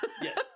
Yes